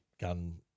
gun